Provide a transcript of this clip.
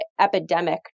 epidemic